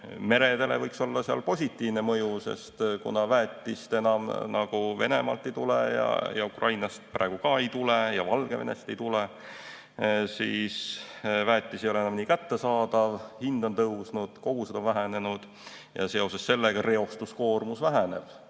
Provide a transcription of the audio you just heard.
merele võiks sellel olla positiivne mõju, sest väetist enam Venemaalt ei tule, Ukrainast praegu ka ei tule ja Valgevenest ei tule. Väetis ei ole enam nii kättesaadav, hind on tõusnud, kogused on vähenenud ja seoses sellega reostuskoormus väheneb,